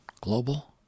global